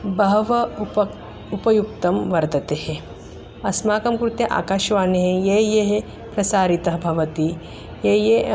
बहवः उत उपयुक्ताः वर्तन्ते अस्माकं कृते आकाशवाणी ये ये प्रसारितः भवति ये ये